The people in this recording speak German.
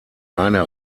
eine